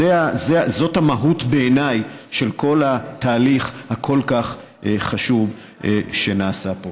זאת בעיניי המהות של כל התהליך הכל-כך חשוב שנעשה פה.